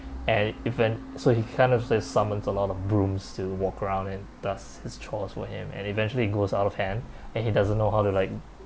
an even so he kind of like summons a lot of brooms to walk around and that's his chores for him and eventually it goes out of hand and he doesn't know how to like